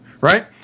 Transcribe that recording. Right